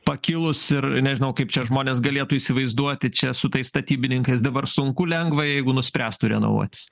pakilusi ir nežinau kaip čia žmonės galėtų įsivaizduoti čia su tais statybininkais dabar sunku lengva jeigu nuspręstų renovuotis